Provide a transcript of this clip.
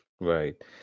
Right